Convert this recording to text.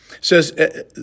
says